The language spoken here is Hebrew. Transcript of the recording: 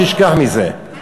שישכח מזה,